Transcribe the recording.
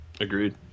Agreed